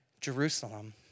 Jerusalem